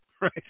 right